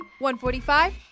145